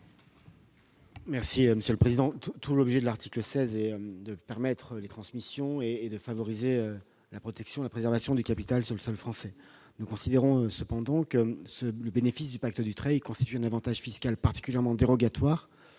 du Gouvernement ? Tout l'objet de l'article 16 est de permettre les transmissions et de favoriser la préservation du capital sur le sol français. Nous considérons toutefois que le bénéfice du pacte Dutreil constitue un avantage fiscal particulièrement dérogatoire,